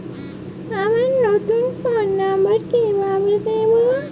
আমার নতুন phone number কিভাবে দিবো?